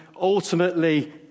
ultimately